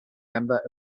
member